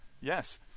Yes